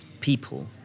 people